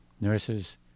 nurses